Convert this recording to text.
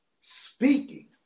speaking